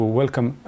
welcome